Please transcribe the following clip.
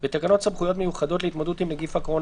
בתקנות סמכויות מיוחדות להתמודדות עם נגיף הקורונה